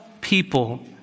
people